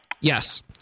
Yes